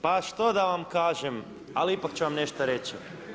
Pa što da vam kažem, ali ipak ću vam nešto reći.